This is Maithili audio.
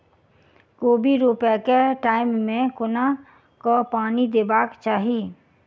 कोबी रोपय केँ टायम मे कोना कऽ पानि देबाक चही?